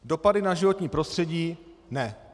Dopady na životní prostředí ne.